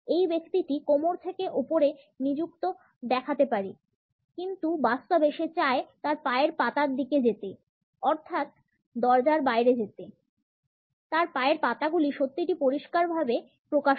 এই ব্যক্তিটি কোমর থেকে উপরে নিযুক্ত দেখাতে পারে কিন্তু বাস্তবে সে চায় তার পায়ের পাতার দিকে যেতে অর্থাৎ দরজার বাইরে যেতে তার পায়ের পাতাগুলি সত্যিটি পরিষ্কার ভাবে প্রকাশ করে